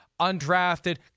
undrafted